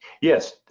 Yes